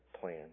plan